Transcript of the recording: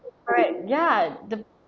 correct ya the